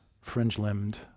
fringe-limbed